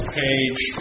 page